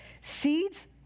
Seeds